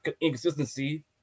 inconsistency